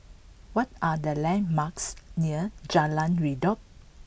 what are the landmarks near Jalan Redop